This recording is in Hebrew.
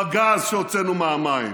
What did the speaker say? בגז שהוצאנו מהמים,